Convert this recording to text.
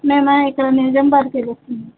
మేము ఇక్కడ నిజం పార్కే వస్తుంది